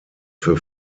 für